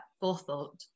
forethought